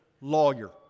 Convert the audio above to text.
lawyer